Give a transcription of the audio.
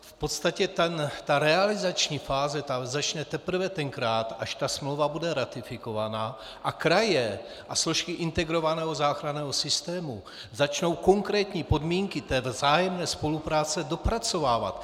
V podstatě realizační fáze začne teprve tenkrát, až smlouva bude ratifikovaná a kraje a složky integrovaného záchranného systému začnou konkrétní podmínky vzájemné spolupráce dopracovávat.